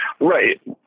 Right